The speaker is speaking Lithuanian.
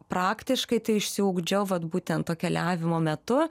praktiškai tai išsiugdžiau vat būtent to keliavimo metu